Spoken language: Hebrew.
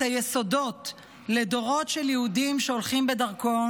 היסודות לדורות של יהודים שהולכים בדרכו,